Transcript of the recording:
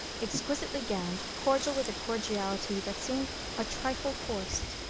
exquisitely gowned, cordial with a cordiality that seemed a trifle forced.